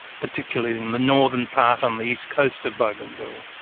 particularly in the northern part on the east coast of bougainville.